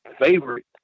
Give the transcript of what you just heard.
favorite